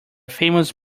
famous